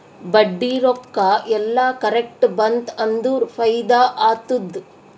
ಬಡ್ಡಿ ರೊಕ್ಕಾ ಎಲ್ಲಾ ಕರೆಕ್ಟ್ ಬಂತ್ ಅಂದುರ್ ಫೈದಾ ಆತ್ತುದ್